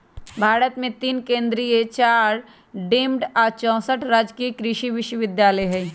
भारत मे तीन केन्द्रीय चार डिम्ड आ चौसठ राजकीय कृषि विश्वविद्यालय हई